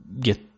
get